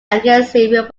agency